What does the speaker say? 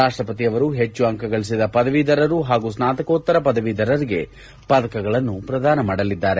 ರಾಷ್ಟ್ರಪತಿಯವರು ಹೆಚ್ಚು ಅಂಕ ಗಳಿಸಿದ ಪದವೀಧರರು ಹಾಗೂ ಸ್ನಾತಕೋತ್ತರ ಪದವೀಧರರಿಗೆ ಪದಕಗಳನ್ನು ಪ್ರದಾನ ಮಾಡಲಿದ್ದಾರೆ